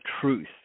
truth